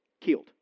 killed